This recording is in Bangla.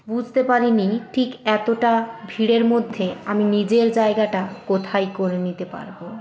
বুঝতে পারিনি ঠিক এতোটা ভিড়ের মধ্যে আমি নিজের জায়গাটা কোথায় করে নিতে পারবো